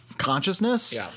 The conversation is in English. Consciousness